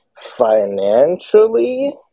financially